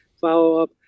follow-up